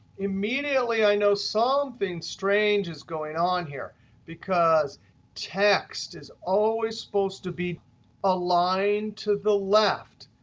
immediately i know something strange is going on here because text is always supposed to be aligned to the left.